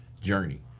journey